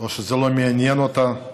או שזה לא מעניין אותה,